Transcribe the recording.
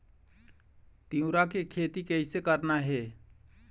तिऊरा के खेती कइसे करना हे?